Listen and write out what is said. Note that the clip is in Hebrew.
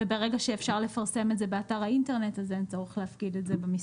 המפורסמת באתר האינטרנט של המשרד,